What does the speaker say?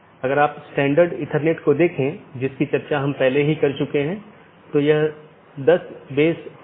यदि हम अलग अलग कार्यात्मकताओं को देखें तो BGP कनेक्शन की शुरुआत और पुष्टि करना एक कार्यात्मकता है